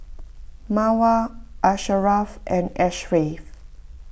Mawar Asharaff and Ashraff